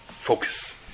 focus